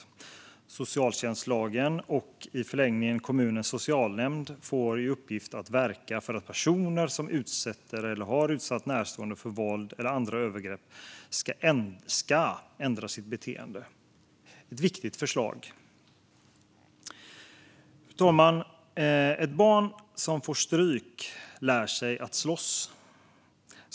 Genom socialtjänstlagen får i förlängningen kommunens socialnämnd i uppgift att verka för att personer som utsätter eller har utsatt närstående för våld eller andra övergrepp ska ändra sitt beteende. Det är ett viktigt förslag. Fru talman! "Ett barn som får stryk lär sig att slåss."